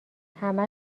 همه